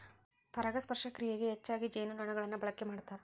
ಪರಾಗಸ್ಪರ್ಶ ಕ್ರಿಯೆಗೆ ಹೆಚ್ಚಾಗಿ ಜೇನುನೊಣಗಳನ್ನ ಬಳಕೆ ಮಾಡ್ತಾರ